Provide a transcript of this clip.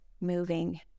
moving